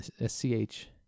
S-C-H